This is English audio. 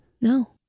No